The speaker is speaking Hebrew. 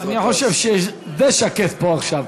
אני חושב שדי שקט פה עכשיו.